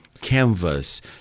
canvas